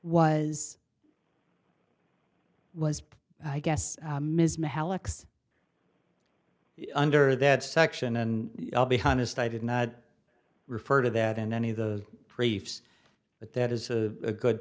was was i guess ms malik's under that section and i'll be honest i didn't refer to that in any of the priests but that is a good